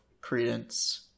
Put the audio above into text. credence